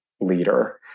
leader